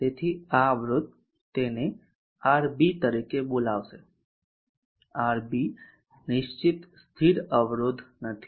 તેથી આ અવરોધ તેને RB તરીકે બોલાવશે RB નિશ્ચિત સ્થિર અવરોધ નથી